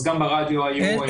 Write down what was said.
אז גם ברדיו היו.